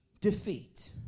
defeat